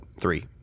Three